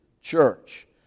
church